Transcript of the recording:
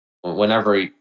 whenever